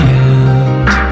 end